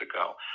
ago